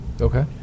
Okay